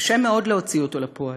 קשה מאוד להוציא אותו לפועל.